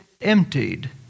emptied